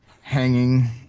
hanging